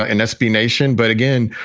ah in sb nation. but again,